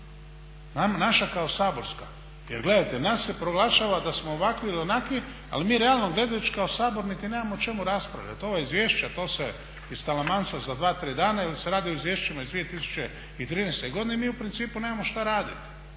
Naša kao saborska, jer gledajte nas se proglašava da smo ovakvi ili onakvi, ali mi realno gledajući kao Sabor niti nemamo o čemu raspravljati. Ovo je izvješće, to se …/Govornik se ne razumije./… za dva tri, dana jer se radi o izvješćima iz 2013. godine i mi u principu nemamo šta raditi.